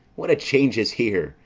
what a change is here!